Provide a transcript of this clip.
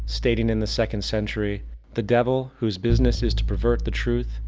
stating in the second century the devil, whose business is to pervert the truth,